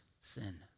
sin